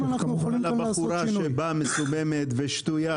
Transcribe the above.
בחורה שבאה מסוממת ושתייה,